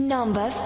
Number